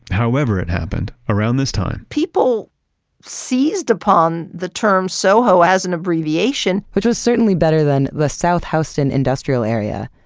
however it happened, around this time people seized upon the term soho as an abbreviation which was certainly better than the south houston industrial area,